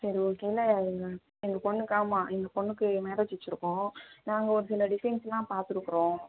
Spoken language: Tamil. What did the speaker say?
சரி ஓகே ஏன்னா எங்கள் எங்கள் பொண்ணுக்கு ஆமாம் எங்கள் பொண்ணுக்கு மேரேஜ் வைச்சிருக்கோம் நாங்கள் ஒரு சில டிசைன்ஸுலாம் பார்த்துருக்குறோம்